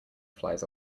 flies